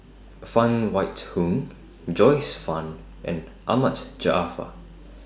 Phan Wait Hong Joyce fan and Ahmad Jaafar